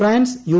France U